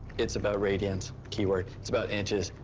it's about radians, keyword. it's about inches,